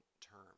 term